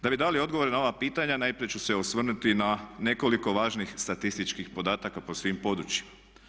Da bi dali odgovore na ova pitanja najprije ću se osvrnuti na nekoliko važnih statističkih podataka po svim područjima.